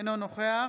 אינו נוכח